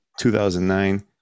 2009